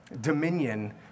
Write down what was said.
Dominion